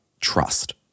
trust